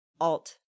alt